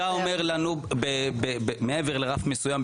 -- אתה אומר לנו: מעבר לרף מסוים,